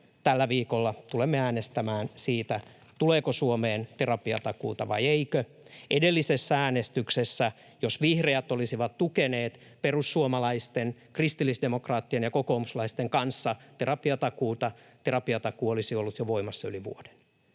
Tällä viikolla tulemme äänestämään siitä, tuleeko Suomeen terapiatakuuta vaiko ei. Jos edellisessä äänestyksessä vihreät olisivat tukeneet perussuomalaisten, kristillisdemokraattien ja kokoomuslaisten kanssa terapiatakuuta, terapiatakuu olisi ollut voimassa jo yli vuoden.